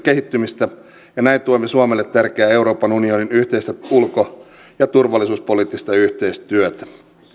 kehittymistä ja näin tuemme suomelle tärkeää euroopan unionin yhteistä ulko ja turvallisuuspoliittista yhteistyötä